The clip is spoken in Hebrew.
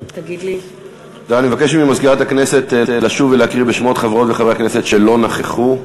אני מבקש ממזכירת הכנסת לשוב ולקרוא בשמות חברות וחברי הכנסת שלא נכחו.